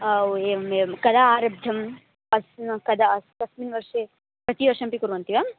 आ ओ एवम् एवं कदा आरब्धम् अस्मा कदा कस्मिन् वर्षे प्रतिवर्षमपि कुर्वन्ति वा